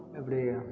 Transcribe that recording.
எப்படி